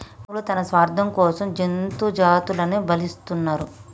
మానవులు తన స్వార్థం కోసం జంతు జాతులని బలితీస్తున్నరు